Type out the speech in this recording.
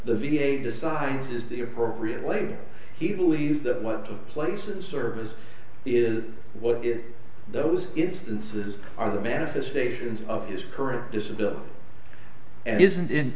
the v a decides is the appropriate way he believes that what took place in service is what it those instances are the manifestations of his current disability and isn't in